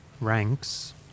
ranks